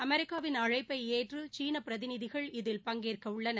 அமெிக்காவின் அழைப்பைஏற்றுசீனபிரதிநிதிகள் இதில் பங்கேற்கஉள்ளனர்